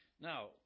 Now